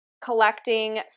collecting